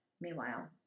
Meanwhile